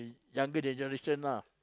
younger generation lah